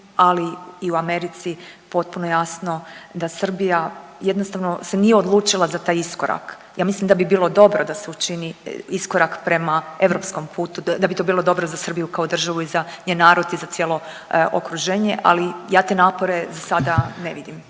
ali i u Americi da Srbija jednostavno se nije odlučila za taj iskorak. Ja mislim da bi bilo dobro da se učini iskorak prema europskom putu, da bi to bilo dobro za Srbiju kao državu i za njen narod i za cijelo okruženje, ali ja te napore za sada ne vidim.